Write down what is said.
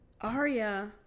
Arya